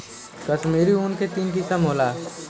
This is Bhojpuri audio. कश्मीरी ऊन के तीन किसम होला